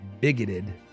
bigoted